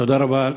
תודה רבה.